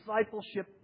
discipleship